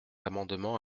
amendement